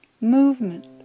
Movement